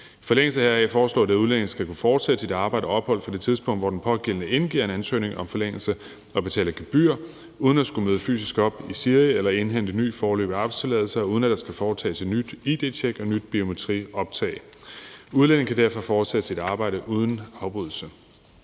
forlængelse heraf foreslås det, at udlændingen skal kunne fortsætte sit arbejde og ophold fra det tidspunkt, hvor den pågældende indgiver en ansøgning om en forlængelse og betaler gebyr, uden at skulle møde fysisk op i SIRI eller indhente en ny foreløbig arbejdstilladelse, og uden at der skal foretages et nyt id-tjek og et nyt biometrioptag. Udlændingen kan derfor fortsætte sit arbejde uden afbrydelse.